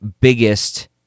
biggest